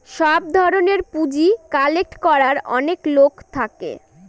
সব ধরনের পুঁজি কালেক্ট করার অনেক লোক থাকে